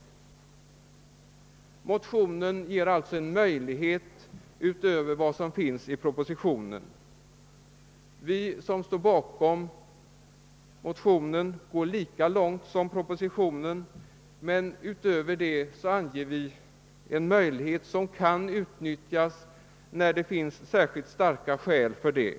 Motionen ger alltså en möjlighet utöver vad som föreslås i propositionen. Vi som står bakom motionen vill gå lika långt som man gör i propositionen, men härutöver anger vi en möjlighet som kan utnyttjas när särskilt starka skäl talar för det.